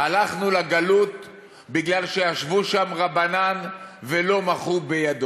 הלכנו לגלות מפני שישבו שם רבנן ולא מחו ביה.